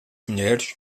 mulheres